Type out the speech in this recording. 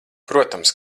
protams